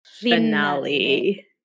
finale